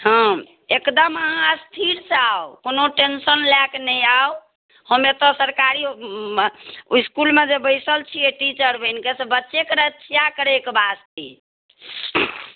हँ एकदम अहाँ स्थिरसँ आउ कोनो टेंशन लए कऽ नहि आउ हम एतय सरकारी इस्कुलमे जे बैसल छियै टीचर बनि कऽ से बच्चेके ने रक्षा करैके वास्ते